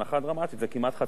זה כמעט חצי מחיר.